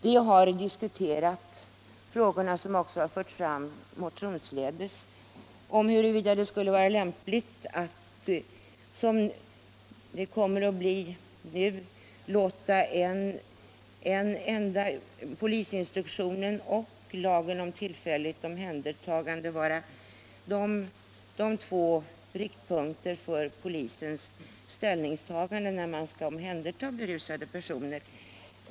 Vi har också diskuterat om det är lämpligt att, som nu kommer att bli fallet, polisinstruktionen och lagen om tillfälligt omhändertagande blir de två riktpunkterna för polisens ställningstagande vid omhändertagande av berusade personer.